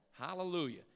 Hallelujah